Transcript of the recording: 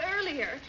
earlier